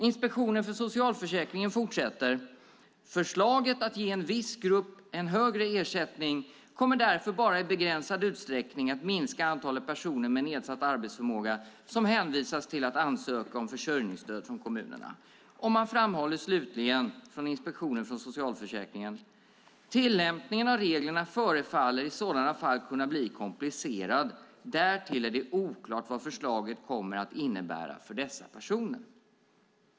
Inspektionen för socialförsäkringen fortsätter: "Förslaget att ge en viss grupp en högre ersättning kommer därför bara i begränsad utsträckning att minska antalet personer med nedsatt arbetsförmåga som hänvisas till att ansöka om försörjningsstöd från kommunerna." Man framhåller slutligen från Inspektionen för socialförsäkringen: "Tillämpningen av reglerna förefaller i sådana fall kunna bli komplicerad. Därtill är det oklart vad förslaget kommer att innebära för dessa personer."